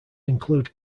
include